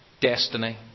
destiny